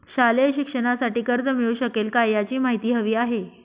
शालेय शिक्षणासाठी कर्ज मिळू शकेल काय? याची माहिती हवी आहे